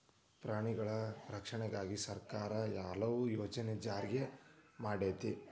ಪ್ರಾಣಿಗಳ ರಕ್ಷಣೆಗಾಗಿನ ಸರ್ಕಾರಾ ಹಲವು ಯೋಜನೆ ಜಾರಿ ಮಾಡೆತಿ